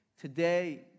Today